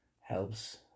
helps